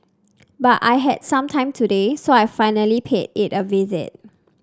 but I had some time today so I finally paid it a visit